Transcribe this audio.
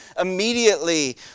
immediately